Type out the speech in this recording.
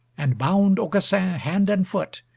and bound aucassin hand and foot,